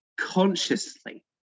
consciously